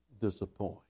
disappoint